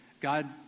God